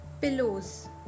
pillows